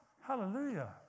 Hallelujah